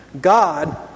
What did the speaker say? God